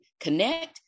connect